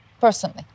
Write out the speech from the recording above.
personally